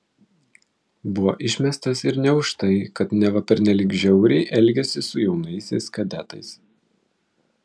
buvo išmestas ir ne už tai kad neva pernelyg žiauriai elgėsi su jaunaisiais kadetais